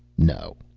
no,